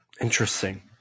Interesting